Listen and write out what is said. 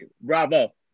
bravo